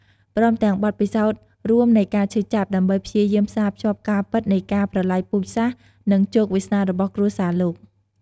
ព្រមទាំងបទពិសោធន៍រួមនៃការឈឺចាប់ ដើម្បីព្យាយាមផ្សារភ្ជាប់ការពិតនៃការប្រល័យពូជសាសន៍ និងជោគវាសនារបស់គ្រួសារលោក។